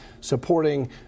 supporting